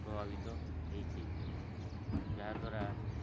ପ୍ରଭାବିତ ହେଇଛି ଯାହାଦ୍ୱାରା